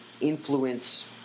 influence